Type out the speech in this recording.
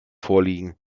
vorliegen